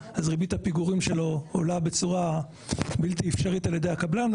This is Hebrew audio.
אז ריבית הפיגורים שלו עולה בצורה בלתי אפשרית על-ידי הקבלן.